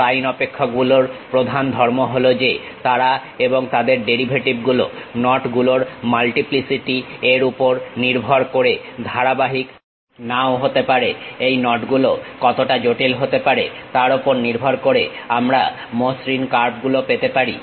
spline অপেক্ষকগুলোর প্রধান ধর্ম হলো যে তারা এবং তাদের ডেরিভেটিভগুলো নটগুলোর মাল্টিপ্লিসিটি এর উপর নির্ভর করে ধারাবাহিক নাও হতে পারে এই নটগুলো কতটা জটিল হতে পারে তার ওপর নির্ভর করে আমরা মসৃণ কার্ভগুলো পেতে পারি